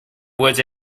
woods